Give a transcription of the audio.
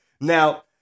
Now